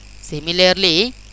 Similarly